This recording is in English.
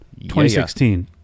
2016